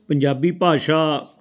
ਪੰਜਾਬੀ ਭਾਸ਼ਾ